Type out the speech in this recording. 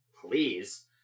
please